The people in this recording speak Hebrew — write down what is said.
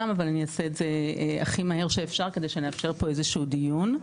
אבל אני אעשה את זה הכי מהר שאפשר כדי שנאפשר פה איזשהו דיון.